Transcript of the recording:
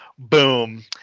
Boom